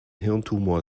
hirntumor